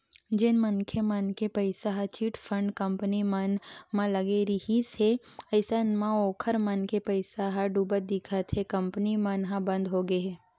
जेन मनखे मन के पइसा ह चिटफंड कंपनी मन म लगे रिहिस हे अइसन म ओखर मन के पइसा ह डुबत दिखत हे कंपनी मन ह बंद होगे हे